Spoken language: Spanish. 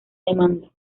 demanda